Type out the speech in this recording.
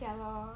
ya lor